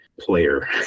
player